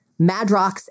Madrox